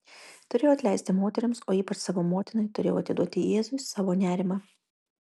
turėjau atleisti moterims o ypač savo motinai turėjau atiduoti jėzui savo nerimą